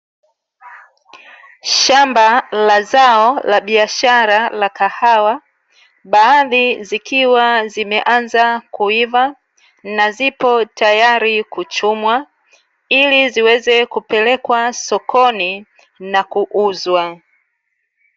Shamba la zao la biashara la kahawa, baadhi zikiwa zimeanza kuiva na zipo tayari kuchumwa ili ziweze kupelekwa sokoni na kuuzwa.